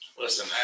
Listen